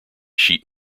sheet